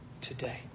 today